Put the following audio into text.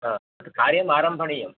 हा तत् कार्यम् आरम्भनीयम्